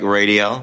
radio